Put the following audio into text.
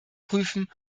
prüfen